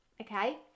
Okay